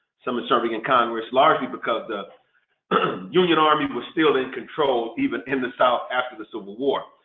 some are serving in congress largely because the union army was still in control even in the south after the civil war.